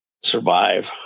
survive